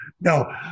no